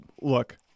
look –